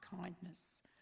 kindness